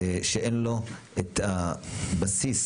שאין לו את הבסיס,